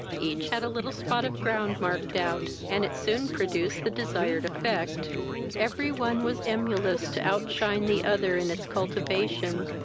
each had a little spot of ground marked out, and it soon produced the desired effect every one was emulous to outshine the other in its cultivation,